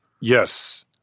Yes